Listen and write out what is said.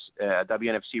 WNFC